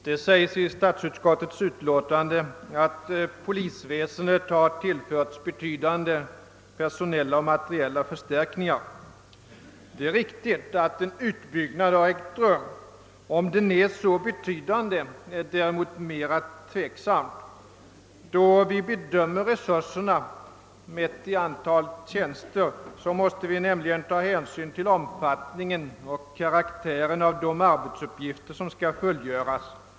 Herr talman! I statsutskottets utlåtande skrivs att polisväsendet har tillförts betydande personella och materiella förstärkningar. Det är riktigt att en utbyggnad har ägt rum — om den är så betydande är däremot mer tveksamt. Då vi bedömer resurserna och mäter dem i antalet tjänster måste vi nämligen ta hänsyn till omfattningen och karaktären av de arbetsuppgifter som skall fullgöras.